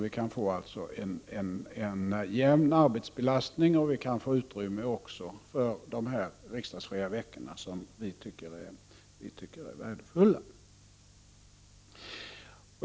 Då kan vi få en jämn arbetsbelastning, och vi får också utrymme för de riksdagsfria veckorna, som vi tycker är värdefulla.